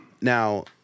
Now